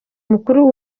mukuru